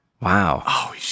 Wow